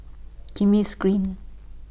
Kismis Green